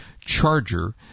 charger